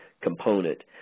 component